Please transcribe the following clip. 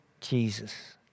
Jesus